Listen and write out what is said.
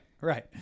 right